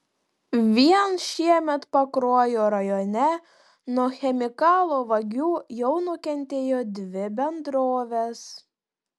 vien šiemet pakruojo rajone nuo chemikalų vagių jau nukentėjo dvi bendrovės